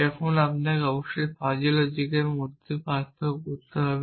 এখন আপনাকে অবশ্যই ফাজি লজিকের মধ্যে পার্থক্য করতে হবে